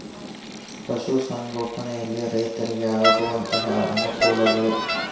ಪಶುಸಂಗೋಪನೆಯಲ್ಲಿ ರೈತರಿಗೆ ಆಗುವಂತಹ ಅನುಕೂಲಗಳು?